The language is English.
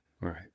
Right